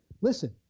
listen